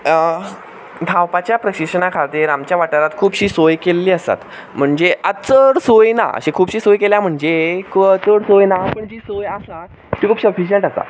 धांवपाच्या प्रशिक्षणा खातीर आमच्या वाठारांत खुबशी सोय केल्ली आसात म्हणजे आतां चड सोय ना अशी खुबशी सोय केल्या म्हणचे चड सोय ना म्हणचे पण जी सोय आसा ती खूब सफिशियंट आसा